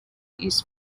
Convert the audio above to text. east